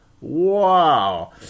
Wow